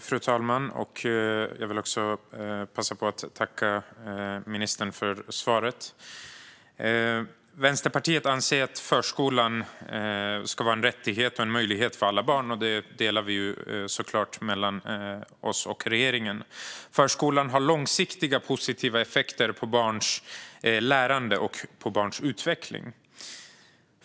Fru talman! Jag tackar ministern för svaret. Vänsterpartiet anser att förskolan ska vara en rättighet och en möjlighet för alla barn. Den uppfattningen delar vi såklart med regeringen. Förskolan har långsiktiga positiva effekter på barns lärande och utveckling.